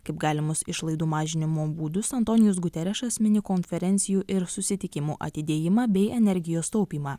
kaip galimus išlaidų mažinimo būdus antonijus guterešas mini konferencijų ir susitikimų atidėjimą bei energijos taupymą